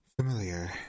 familiar